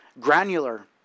granular